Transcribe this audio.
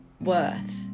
worth